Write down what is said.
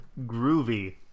groovy